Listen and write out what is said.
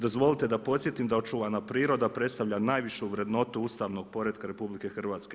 Dozvolite da podsjetim da očuvana priroda predstavlja najvišu vrednotu ustavnog poretka RH.